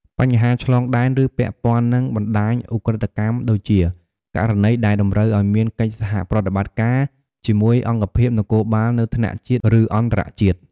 បញ្ហាឆ្លងដែន ឬពាក់ព័ន្ធនឹងបណ្តាញឧក្រិដ្ឋកម្មដូចជា ករណីដែលតម្រូវឱ្យមានកិច្ចសហប្រតិបត្តិការជាមួយអង្គភាពនគរបាលនៅថ្នាក់ជាតិ ឬអន្តរជាតិ។